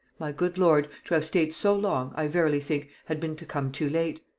my good lord, to have stayed so long, i verily think, had been to come too late.